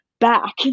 back